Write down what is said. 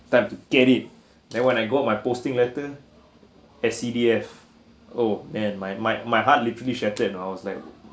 time to get it then when I got my posting letter S_C_D_F oh man my my my heart literally shattered I was like